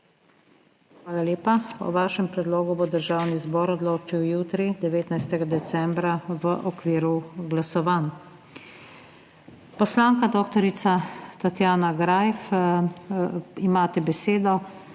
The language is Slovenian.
Hvala lepa. O vašem predlogu bo Državni zbor odločil jutri, 19. decembra, v okviru glasovanj. Poslanka dr. Tatjana Greif, imate besedo,